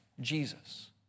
Jesus